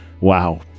Wow